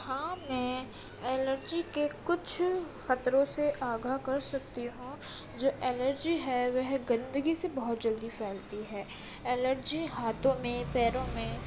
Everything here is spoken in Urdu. ہاں میں الرجی کے کچھ خطروں سے آگاہ کر سکتی ہوں جو الرجی ہے وہ گندگی سے بہت جلدی پھیلتی ہے الرجی ہاتھوں میں پیروں میں